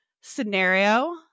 scenario